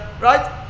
right